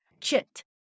Chit